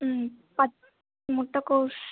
முட்டைக்கோஸ்